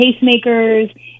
pacemakers